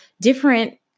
different